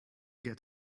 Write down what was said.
get